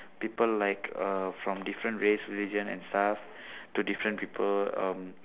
people like uh from different race religion and stuff to different people um